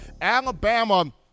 alabama